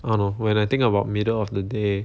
I don't know when I think about middle of the day